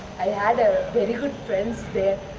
i had ah very good friends there,